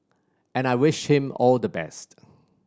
and I wish him all the best